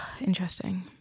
Interesting